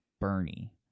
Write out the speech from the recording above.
Bernie